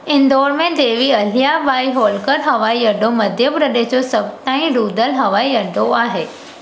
इंदौर में देवी अहिल्याबाई होल्कर हवाई अड्डो मध्य प्रदेश जो सभु ताईं रुधलु हवाई अड्डो आहे